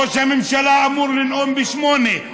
ראש הממשלה אמור לנאום ב-20:00.